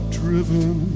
driven